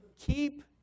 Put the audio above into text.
Keep